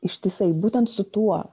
ištisai būtent su tuo